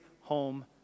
home